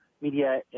media